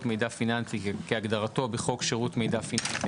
מידע פיננסי כהגדרתו בחוק שירות מידע פיננסי,